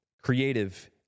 creative